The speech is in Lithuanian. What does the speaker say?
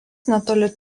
netoli